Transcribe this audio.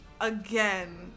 again